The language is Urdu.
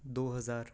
دو ہزار